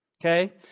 Okay